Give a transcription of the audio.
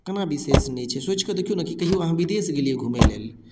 कना विशेष नहि छै सोचिकऽ देखियौ ने कि कहियो अहाँ विदेश गेलियै घुमै लेल